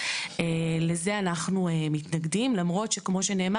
לזה אנחנו מתנגדים למרות שכמו שנאמר